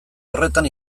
horretan